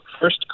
first